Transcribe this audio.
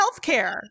healthcare